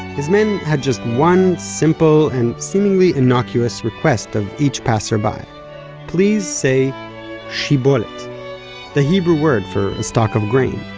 his men had just one simple, and seemingly innocuous, request of each passerby please say shi-bo-let the hebrew word for a stock of grain.